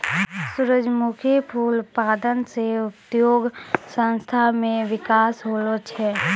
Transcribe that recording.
सुरजमुखी फूल उत्पादन से उद्योग धंधा मे बिकास होलो छै